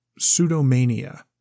pseudomania